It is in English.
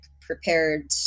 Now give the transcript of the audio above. prepared